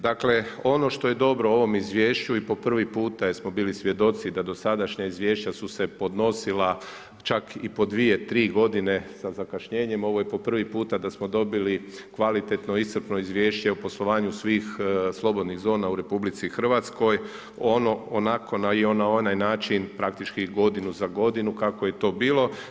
Dakle ono što je dobro u ovom izvješću i po prvi puta jer smo bili svjedoci da dosadašnja izvješća su se podnosila čak i po 2, 3 godine sa zakašnjenjem, ovo je po prvi puta da smo dobili kvalitetno, iscrpno izvješće o poslovanju svih slobodnih zona u RH, ono onako, na onaj način, praktički godinu za godinu kako je to bilo.